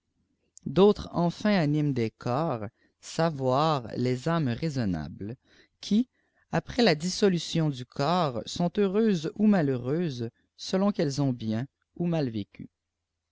d'autres enfin animent des corps savoir les âmes raisonnables qui après la dissolution du corps sont heureuses ou malheureuses selon qu'elles ont bien ou mal vécu